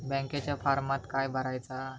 बँकेच्या फारमात काय भरायचा?